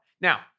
Now